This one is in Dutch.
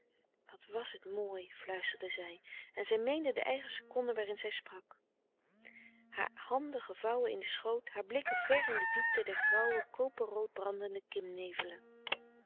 wat was het mooi fluisterde zij en zij meende de eigen seconde waarin zij sprak haar handen gevouwen in den schoot haar blikken vèr in de diepte der grauwe koperrood brandende